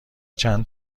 چند